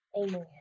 Amen